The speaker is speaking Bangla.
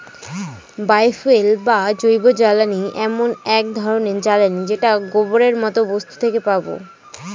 বায় ফুয়েল বা জৈবজ্বালানী এমন এক ধরনের জ্বালানী যেটা গোবরের মতো বস্তু থেকে পাবো